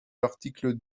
l’article